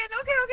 and okay,